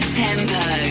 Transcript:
tempo